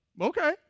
okay